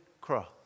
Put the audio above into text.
cross